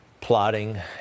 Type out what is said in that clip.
plotting